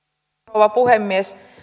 rouva puhemies